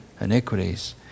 iniquities